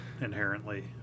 inherently